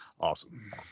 Awesome